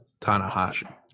Tanahashi